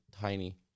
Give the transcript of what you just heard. tiny